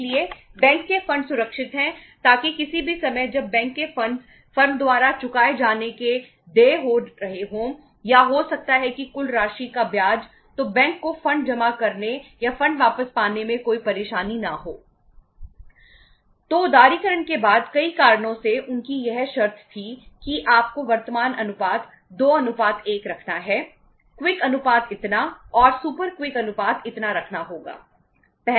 इसलिए बैंक के फंड अनुपात इतना रखना होगा